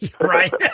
Right